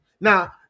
now